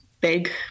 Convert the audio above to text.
big